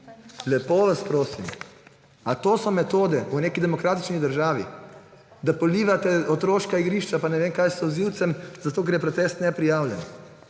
Lepo vas prosim! A to so metode v neki demokratični državi, da polivate otroška igrišča pa ne vem kaj, s solzivcem, zato ker je protest neprijavljen?